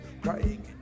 crying